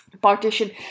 partition